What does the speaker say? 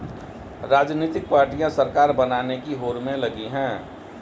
राजनीतिक पार्टियां सरकार बनाने की होड़ में लगी हैं